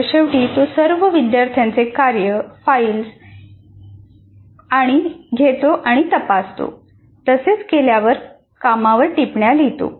सत्राच्या शेवटी तो सर्व विद्यार्थ्यांचे कार्य फाइल्स येतो आणि तपासतो तसेच केलेल्या कामावर टिप्पण्या लिहितो